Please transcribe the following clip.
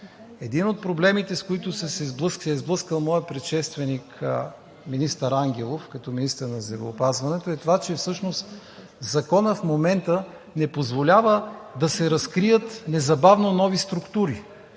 Един от проблемите, с които се е сблъскал моят предшественик министър Ангелов – като министър на здравеопазването, е това, че всъщност законът в момента не позволява да се разкрият незабавно нови структури.